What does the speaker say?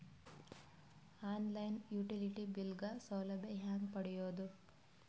On line utility bill ಗ ಸೌಲಭ್ಯ ಹೇಂಗ ಪಡೆಯೋದು?